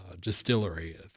distillery